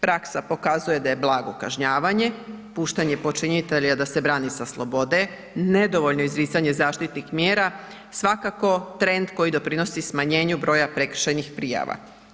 Praksa pokazuje da je blago kažnjavanje, puštanje počinitelja da se brani sa slobode, nedovoljno izricanje zaštitnih mjera svakako trend koji doprinosi smanjenju broja prekršajnih prijava.